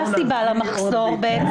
מה הסיבה למחסור בביצים?